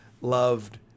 loved